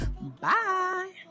bye